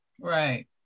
Right